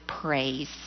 praise